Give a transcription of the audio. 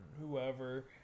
whoever